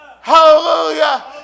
Hallelujah